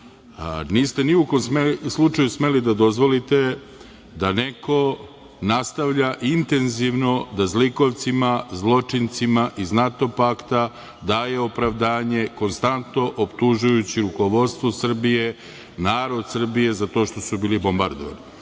niste ni u kom slučaju smeli da dozvolite da neko nastavlja intenzivno da zlikovcima, zločincima iz NATO pakta daje opravdanje i konstantno optužujući rukovodstvo Srbije, narod Srbije za to što su bili bombardovani.